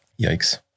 Yikes